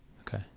Okay